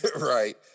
Right